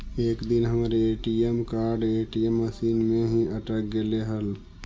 एक दिन हमर ए.टी.एम कार्ड ए.टी.एम मशीन में ही अटक गेले हल